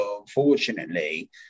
unfortunately